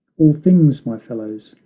all things, my fellows,